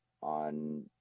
on